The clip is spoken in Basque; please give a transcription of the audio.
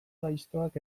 gaiztoak